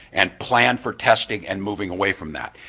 and plan for testing and moving away from that.